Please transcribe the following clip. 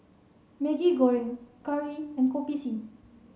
Maggi Goreng Curry and Kopi C